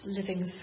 living